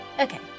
Okay